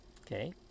okay